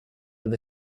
with